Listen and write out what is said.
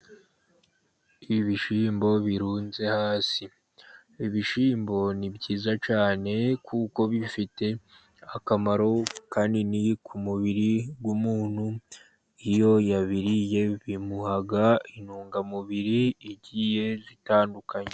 Ibishyimbo birunze hasi. Ibishyimbo ni byiza cyane, kuko bifite akamaro kanini ku mubiri w'umuntu, iyo yabiriye bimuha intungamubiri zigiye zitandukanye.